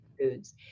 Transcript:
foods